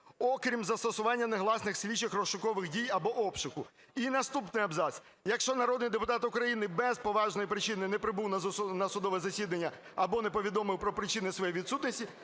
окрім застосування негласних слідчих (розшукових) дій або обшуку". І наступний абзац. "Якщо народний депутат України без поважної причини не прибув на судове засідання або не повідомив про причини своєї відсутності,